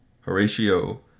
Horatio